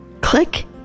Click